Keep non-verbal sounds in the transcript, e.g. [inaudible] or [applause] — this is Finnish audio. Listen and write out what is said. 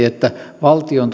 [unintelligible] että valtion [unintelligible]